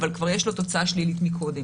אבל כבר יש לו תוצאה שלילית מקודם?